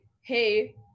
hey